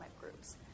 groups